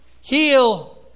heal